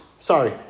Sorry